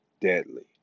deadly